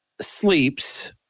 sleeps